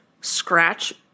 scratch